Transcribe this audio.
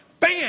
bam